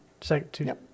second